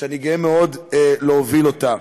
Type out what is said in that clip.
ואני גאה מאוד להוביל אותה.